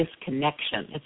disconnection